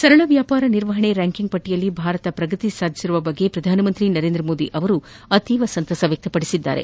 ಸರಳ ವ್ಯಾಪಾರ ನಿರ್ವಹಣೆ ರ್ಯಾಂಕಿಂಗ್ನಲ್ಲಿ ಭಾರತ ಪ್ರಗತಿ ಸಾಧಿಸಿರುವ ಬಗ್ಗೆ ಪ್ರಧಾನಮಂತ್ರಿ ನರೇಂದ್ರ ಮೋದಿ ಸಂತಸ ವ್ಯಕ್ತಪಡಿಸಿದ್ದಾರೆ